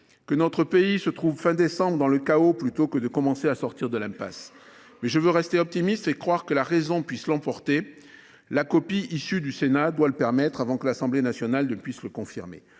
que notre pays, fin décembre, se retrouve dans le chaos plutôt que de commencer à sortir de l’impasse. Mais je veux rester optimiste et continuer de croire que la raison pourra l’emporter. La copie issue du Sénat doit le permettre avant que l’Assemblée nationale ne puisse le confirmer.